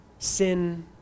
Sin